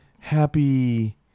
Happy